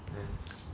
mm